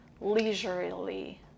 leisurely